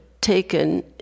taken